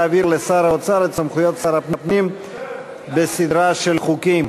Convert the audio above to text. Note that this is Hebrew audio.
להעביר לשר האוצר את סמכויות שר הפנים בסדרה של חוקים.